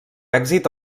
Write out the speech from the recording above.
èxit